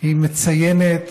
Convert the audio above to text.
היא מציינת